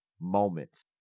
moments